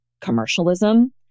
commercialism